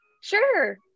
Sure